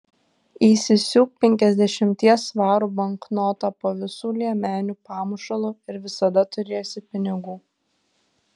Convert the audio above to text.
įsisiūk penkiasdešimties svarų banknotą po visų liemenių pamušalu ir visada turėsi pinigų